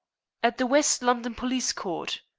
at the west london police court.